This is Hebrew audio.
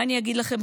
מה אני אגיד לכם,